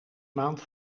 maand